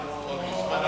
די, נו.